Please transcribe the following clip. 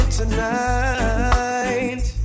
tonight